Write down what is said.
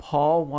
Paul